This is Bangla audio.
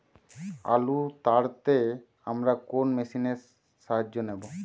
আলু তাড়তে আমরা কোন মেশিনের সাহায্য নেব?